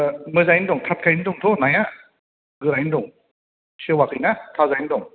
मोजाङैनो दं थाथखायैनो दंथ' नाया गोरायैनो दं सेवाखैना थाजायैनो दं